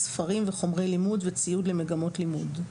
ספרים וחומרי לימוד וציוד למגמות לימוד;